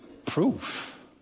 Proof